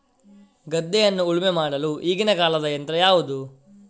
ಗದ್ದೆಯನ್ನು ಉಳುಮೆ ಮಾಡಲು ಈಗಿನ ಕಾಲದ ಯಂತ್ರ ಯಾವುದು?